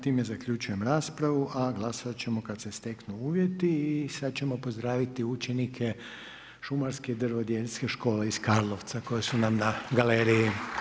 Time zaključujem raspravu a glasovat ćemo kad se steknu uvjeti i sad ćemo pozdraviti učenike Šumarske-drvodjeljske škole iz Karlovca koji su nam na galeriji.